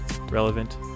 relevant